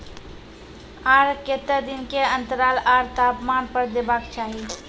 आर केते दिन के अन्तराल आर तापमान पर देबाक चाही?